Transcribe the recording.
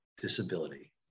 disability